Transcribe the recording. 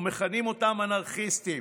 ומכנים אותם אנרכיסטים,